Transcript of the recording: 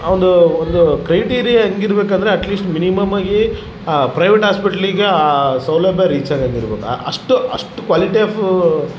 ಅವೊಂದು ಒಂದು ಕ್ರೈಟೀರಿಯ ಹೆಂಗೆ ಇರ್ಬೇಕಂದರೆ ಅಟ್ಲಿಸ್ಟ್ ಮಿನಿಮಮಾಗಿ ಆ ಪ್ರೈವೇಟ್ ಹಾಸ್ಪಿಟ್ಲಿಗೆ ಸೌಲಭ್ಯ ರೀಚ್ ಆಗೋ ಹಂಗ್ ಇರಬೇಕು ಅಷ್ಟು ಅಷ್ಟು ಕ್ವಾಲಿಟಿ ಆಫ್